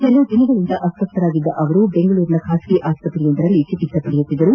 ಕೆಲ ದಿನಗಳಿಂದ ಅಸ್ವಸ್ತರಾಗಿದ ಅವರು ಬೆಂಗಳೂರಿನ ಖಾಸಗಿ ಆಸ್ಪತ್ರೆಯೊಂದರಲ್ಲಿ ಚಿಕಿತ್ಸೆ ಪಡೆಯುತ್ತಿದ್ದರು